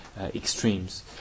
extremes